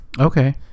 Okay